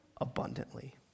abundantly